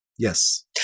Yes